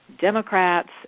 Democrats